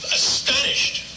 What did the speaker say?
astonished